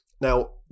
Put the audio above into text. Now